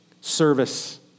service